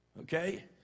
okay